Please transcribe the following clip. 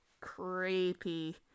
creepy